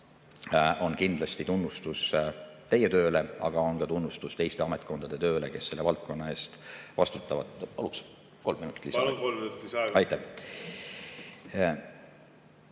on kindlasti tunnustus teie tööle, aga on ka tunnustus teiste ametkondade tööle, kes selle valdkonna eest vastutavad. Paluks kolm minutit lisaaega. Aitäh,